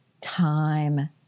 time